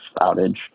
outage